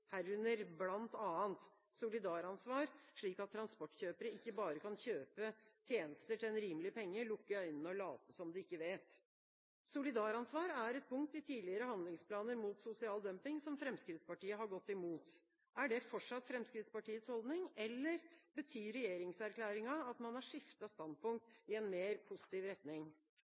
herunder bl.a. solidaransvar, slik at transportkjøpere ikke bare kan kjøpe tjenester til en rimelig penge, lukke øynene og late som om de ikke vet. Solidaransvar er et punkt i tidligere handlingsplaner mot sosial dumping som Fremskrittspartiet har gått imot. Er det fortsatt Fremskrittspartiets holdning? Eller betyr regjeringserklæringa at man har skiftet standpunkt i en mer positiv retning?